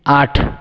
आठ